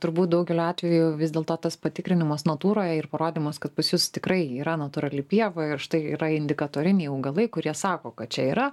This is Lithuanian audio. turbūt daugeliu atveju vis dėlto tas patikrinimas natūroj ir parodymas kad pas jus tikrai yra natūrali pieva ir štai yra indikatoriniai augalai kurie sako kad čia yra